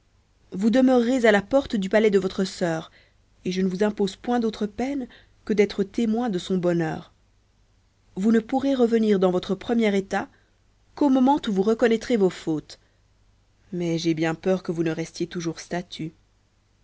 vous demeurerez à la porte du palais de votre sœur et je ne vous impose point d'autre peine que d'être témoins de son bonheur vous ne pourrez revenir dans votre premier état qu'au moment où vous reconnaîtrez vos fautes mais j'ai bien peur que vous ne restiez toujours statues